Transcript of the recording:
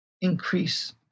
increase